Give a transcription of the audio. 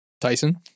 Tyson